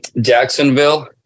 Jacksonville